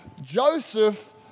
Joseph